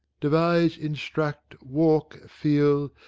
devise, instruct, walk, feel,